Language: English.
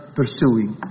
pursuing